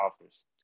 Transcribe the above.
offers